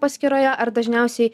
paskyroje ar dažniausiai